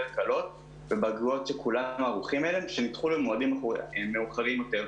קלות ובגרויות שכולנו ערוכים אליהן שנדחו למועדים מאוחרים יותר,